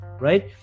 right